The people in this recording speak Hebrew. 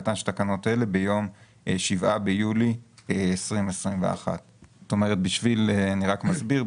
תחילתן של תקנות אלה ביום 7 ביולי 2021. אני רק מסביר,